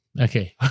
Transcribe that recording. Okay